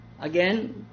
again